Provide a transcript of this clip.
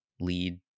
lead